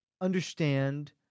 understand